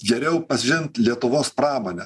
geriau pažint lietuvos pramonę